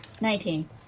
nineteen